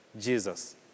Jesus